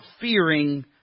fearing